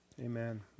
Amen